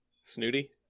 snooty